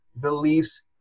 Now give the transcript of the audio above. beliefs